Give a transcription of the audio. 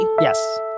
Yes